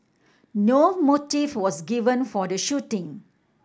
no motive was given for the shooting